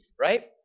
right